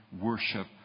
worship